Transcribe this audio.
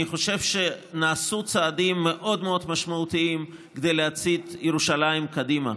אני חושב שנעשו צעדים מאוד מאוד משמעותיים כדי להצעיד את ירושלים קדימה.